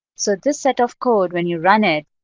so this set of code, when you run it,